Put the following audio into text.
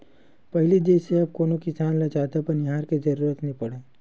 पहिली जइसे अब कोनो किसान ल जादा बनिहार के जरुरत नइ पड़य